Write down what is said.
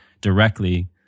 directly